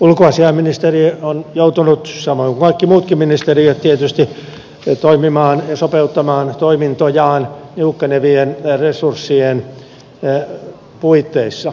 ulkoasiainministeriö on joutunut samoin kuin kaikki muutkin ministeriöt tietysti toimimaan ja sopeuttamaan toimintojaan niukkenevien resurssien puitteissa